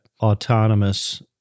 autonomous